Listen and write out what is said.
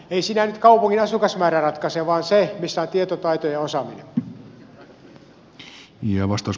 ei siinä nyt kaupungin asukasmäärä ratkaise vaan se missä on tietotaito ja osaaminen